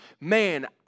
Man